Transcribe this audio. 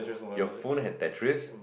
your phone have batteries